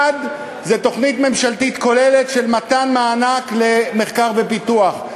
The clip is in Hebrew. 1. זו תוכנית ממשלתית כוללת של מתן מענק למחקר ופיתוח,